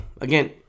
again